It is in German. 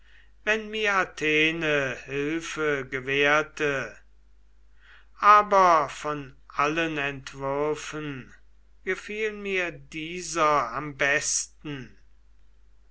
wenn mir athene hilfe gewährte aber von allen entwürfen gefiel mir dieser am besten